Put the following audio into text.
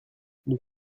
nous